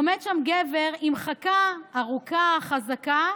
עומד שם גבר עם חכה ארוכה, חזקה,